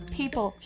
people